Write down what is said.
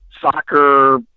soccer